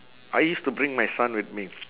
I used to bring my son with me